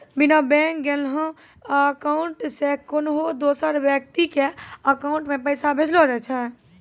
बिना बैंक गेलैं अकाउंट से कोन्हो दोसर व्यक्ति के अकाउंट मे पैसा भेजलो जाय छै